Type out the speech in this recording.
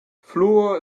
fluor